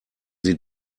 sie